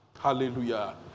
Hallelujah